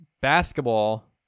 Basketball